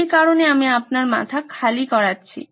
সেই কারণে আমি আপনার মাথা খালি করাচ্ছি